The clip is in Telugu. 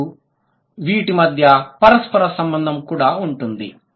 అప్పుడు వీటి మధ్య పరస్పర సంబంధం కూడా ఉంటుంది